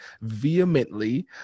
vehemently